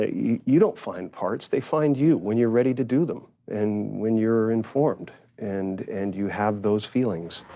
ah you you don't find parts, they find you when you're ready to do them and when you're informed and and you have those feelings.